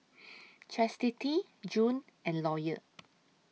Chastity June and Lawyer